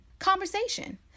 Conversation